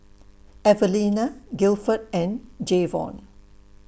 Evelena Gilford and Jayvon